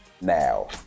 now